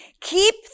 Keep